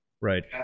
right